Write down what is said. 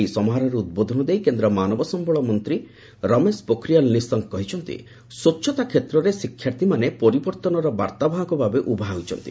ଏହି ସମାରୋହରେ ଉଦ୍ବୋଧନ ଦେଇ କେନ୍ଦ୍ର ମାନବ ସମ୍ଭଳ ମନ୍ତ୍ରୀ ରମେଶ ପୋଖରିଆଲ୍ ନିଶଙ୍କ କହିଛନ୍ତି ସ୍ୱଚ୍ଚତା କ୍ଷେତ୍ରରେ ଶିକ୍ଷାର୍ଥୀମାନେ ପରିବର୍ତ୍ତନର ବାର୍ତ୍ତା ବାହକ ଭାବେ ଉଭା ହେଉଛନ୍ତି